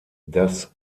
das